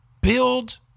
build